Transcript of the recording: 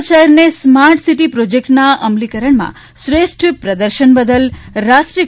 સુરત શહેરને smart city પ્રોજેક્ટના અમલીકરણમાં શ્રેષ્ઠ પ્રદર્શન બદલ રાષ્ટ્રીય